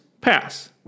Pass